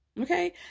Okay